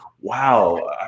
wow